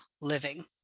living